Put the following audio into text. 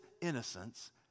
innocence